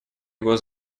его